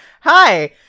Hi